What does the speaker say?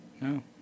No